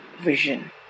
vision